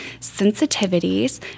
sensitivities